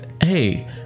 hey